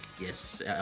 yes